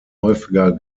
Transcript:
häufiger